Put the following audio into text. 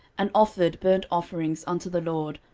and offered burnt offerings unto the lord,